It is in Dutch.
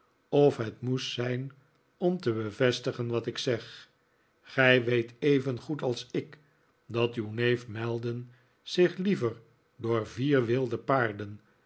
of het moest zijn om te bevestigen wat ik zeg gij weet evengoed als ik dat uw neef maldon zich liever door vier wilde paarden